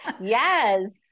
Yes